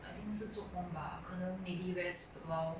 I think 是做工吧可能 maybe rest a while